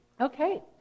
Okay